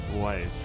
wife